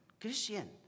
Christian